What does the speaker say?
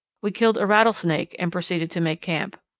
we killed a rattlesnake and proceeded to make camp.